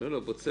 לאופן יישום